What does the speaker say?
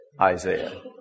Isaiah